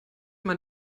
man